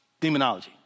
demonology